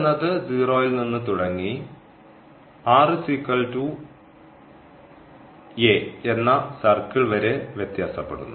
എന്നത് 0 ൽ നിന്ന് തുടങ്ങി എന്ന സർക്കിൾ വരെ വ്യത്യാസപ്പെടുന്നു